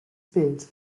bild